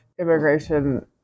immigration